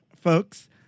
folks